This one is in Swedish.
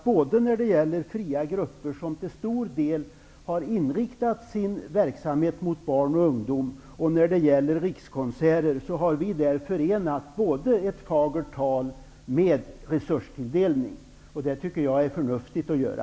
Både när det gäller fria grupper, som till stor del har inriktat sin verksamhet mot barn och ungdom, och när det gäller Rikskonserter har vi förenat fagert tal med resurstilldelning. Det tycker jag är förnuftigt att göra.